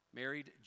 married